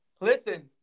Listen